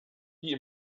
die